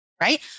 Right